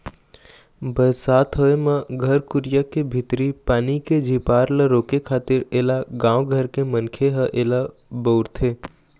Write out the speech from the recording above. बरसात होय म घर कुरिया के भीतरी पानी के झिपार ल रोके खातिर ऐला गाँव घर के मनखे ह ऐला बउरथे